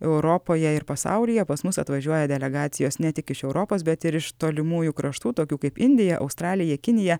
europoje ir pasaulyje pas mus atvažiuoja delegacijos ne tik iš europos bet ir iš tolimųjų kraštų tokių kaip indija australija kinija